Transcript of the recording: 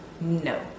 no